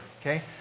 okay